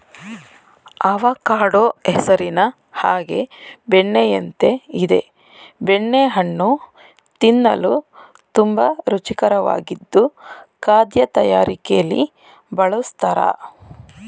avocado ಹೆಸರಿನ ಹಾಗೆ ಬೆಣ್ಣೆಯಂತೆ ಇದೆ ಬೆಣ್ಣೆ ಹಣ್ಣು ತಿನ್ನಲು ತುಂಬಾ ರುಚಿಕರವಾಗಿದ್ದು ಖಾದ್ಯ ತಯಾರಿಕೆಲಿ ಬಳುಸ್ತರೆ